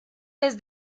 vez